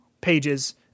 pages